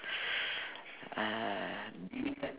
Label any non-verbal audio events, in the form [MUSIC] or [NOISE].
[BREATH] ah